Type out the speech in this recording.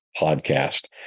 podcast